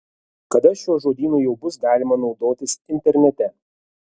kada šiuo žodynu jau bus galima naudotis internete